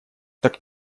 так